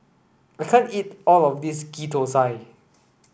I can't eat all of this Ghee Thosai